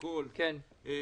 5 מיליון תיירים,